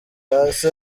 hasi